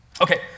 Okay